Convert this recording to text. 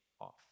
off